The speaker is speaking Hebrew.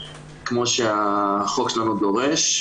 כמו שהחוק שלנו דורש,